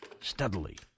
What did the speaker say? steadily